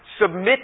submit